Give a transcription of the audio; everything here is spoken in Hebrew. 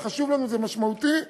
זה חשוב לנו, זה משמעותי.